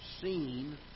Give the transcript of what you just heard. Seen